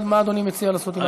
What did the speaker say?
מה אדוני מציע לעשות עם ההצעה?